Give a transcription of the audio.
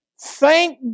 Thank